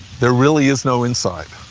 there really is no inside.